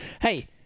Hey